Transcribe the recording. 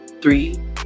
three